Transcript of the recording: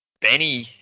Benny